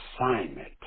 assignment